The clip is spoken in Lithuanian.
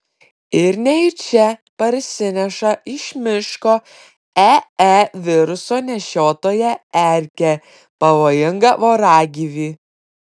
ir nejučia parsineša iš miško ee viruso nešiotoją erkę pavojingą voragyvį